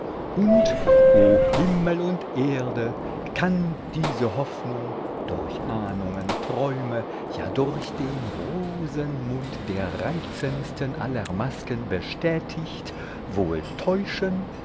und o himmel und erde kann diese hoffnung durch ahnungen träume ja durch den rosenmund der reizendsten aller masken bestätigt wohl täuschen